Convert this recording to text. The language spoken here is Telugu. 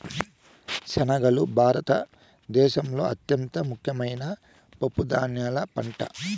శనగలు భారత దేశంలో అత్యంత ముఖ్యమైన పప్పు ధాన్యాల పంట